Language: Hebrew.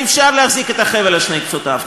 אי-אפשר להחזיק את החבל בשתי קצותיו.